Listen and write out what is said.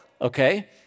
okay